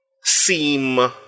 seem